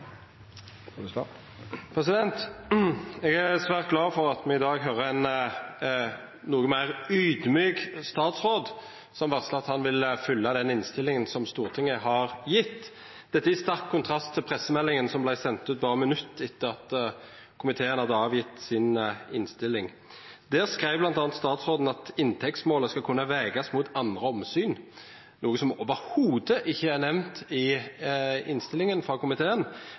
svært glad for at me i dag høyrer ein noko meir audmjuk statsråd, som varslar at han vil følgje den innstillinga som Stortinget har gjeve. Dette i sterk kontrast til pressemeldinga som vart sendt ut berre minutt etter at komiteen hadde kome med si innstilling. Der skreiv statsråden bl.a. at «inntektsmålet skal kunne vegast mot andre omsyn», noko som absolutt ikkje er nemnt i innstillinga frå komiteen,